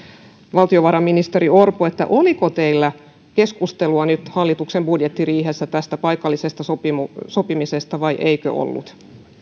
valtiovarainministeri orpo oliko teillä keskustelua nyt hallituksen budjettiriihessä tästä paikallisesta sopimisesta vai eikö ollut